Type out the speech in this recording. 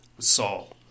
Saul